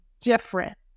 different